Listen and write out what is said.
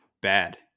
bad